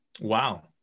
Wow